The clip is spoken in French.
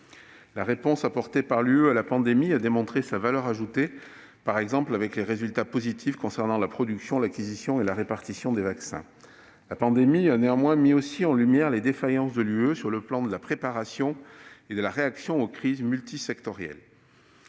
La réponse apportée par l'Union européenne à la pandémie a démontré sa valeur ajoutée, par exemple avec les résultats positifs concernant la production, l'acquisition et la répartition des vaccins. Toutefois, la pandémie a aussi mis en lumière les défaillances de l'Union européenne sur le plan de la préparation et de la réaction aux crises multisectorielles.